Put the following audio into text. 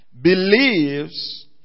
believes